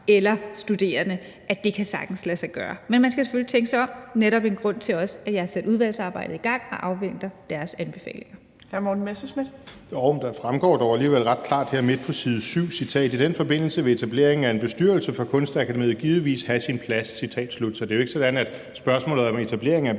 eller studerende, at det sagtens kan lade sig gøre. Men man skal selvfølgelig tænke sig om, og det er netop også en af grundene til, at jeg har sat et udvalgsarbejde i gang og afventer deres anbefalinger.